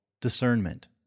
discernment